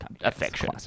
affection